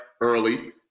early